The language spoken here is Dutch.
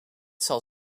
zal